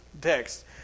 text